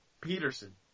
Peterson